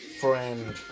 friend